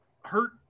hurt